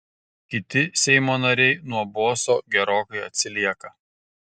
kiti seimo nariai nuo boso gerokai atsilieka